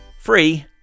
Free